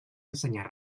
ensenyar